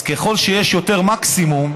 אז ככל שיש יותר מקסימום,